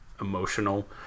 emotional